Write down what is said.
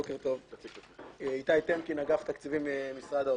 בוקר טוב, אני מאגף התקציבים, משרד האוצר.